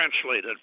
translated